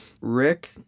Rick